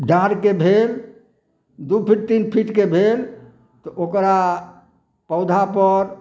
डाँर के भेल तऽ दू फिट तीन फिटके भेल तऽ ओकरा पौधा पर